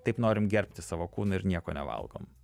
taip norim gerbti savo kūną ir nieko nevalgom